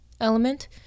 element